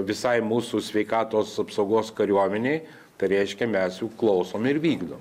visai mūsų sveikatos apsaugos kariuomenei tai reiškia mes jų klausom ir vykdom